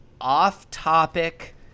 off-topic